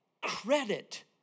credit